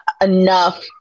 enough